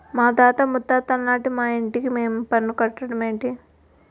మాతాత ముత్తాతలనాటి మా ఇంటికి మేం పన్ను కట్టడ మేటి